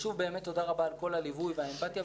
שוב, באמת תודה רבה על כל הליווי והאמפתיה.